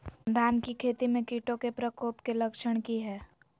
धान की खेती में कीटों के प्रकोप के लक्षण कि हैय?